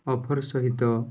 offer ସହିତ